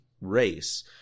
race